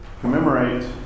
commemorate